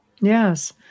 yes